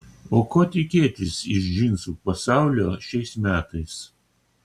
o ko tikėtis iš džinsų pasaulio šiais metais